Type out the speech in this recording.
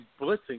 blitzing